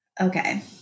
Okay